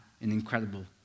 incredible